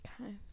Okay